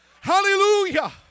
hallelujah